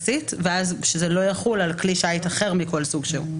ואז זה לא יחול על כלי שיט אחר מכל סוג שהוא.